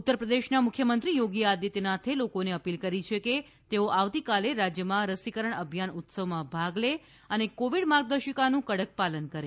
ઉત્તર પ્રદેશના મુખ્યમંત્રી યોગી આદિત્યનાથે લોકોને અપીલ કરી છે કે તેઓ આવતીકાલે રાજ્યમાં રસીકરણ અભિયાન ઉત્સવમાં ભાગ લે અને કોવિડ માર્ગદર્શિકાનું કડક પાલન કરે